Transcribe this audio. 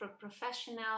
professional